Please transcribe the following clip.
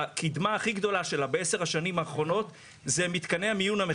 הקדמה הכי גדולה שלה בעשר השנים האחרונות היא מתקני המיון המכניים.